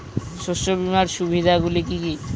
শস্য বীমার সুবিধা গুলি কি কি?